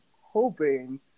hoping